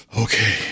okay